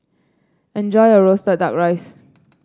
enjoy your roasted duck rice